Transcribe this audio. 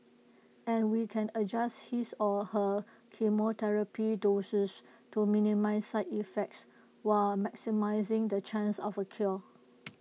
and we can adjust his or her chemotherapy doses to minimise side effects while maximising the chance of A cure